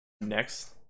next